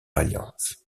alliance